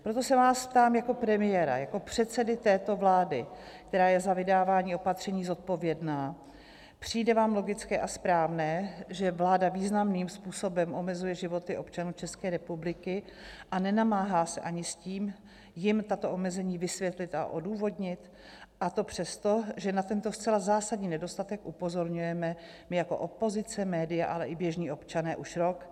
Proto se vás ptám jako premiéra, jako předsedy této vlády, která je za vydávání opatření zodpovědná: Přijde vám logické a správné, že vláda významným způsobem omezuje životy občanů České republiky a nenamáhá se ani s tím, jim tato omezení vysvětlit a odůvodnit, a to přesto, že na tento zcela zásadní nedostatek upozorňujeme my jako opozice, média, ale i běžný občané už rok?